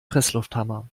presslufthammer